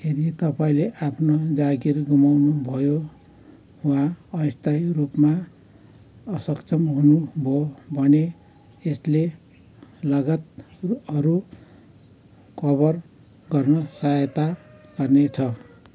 यदि तपाईँँले आफ्नो जागिर गुमाउनु भयो वा अस्थायी रूपमा असक्षम हुनुभयो भने यसले लागतहरू कभर गर्न सहायता गर्नेछ